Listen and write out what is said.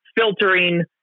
filtering